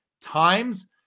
times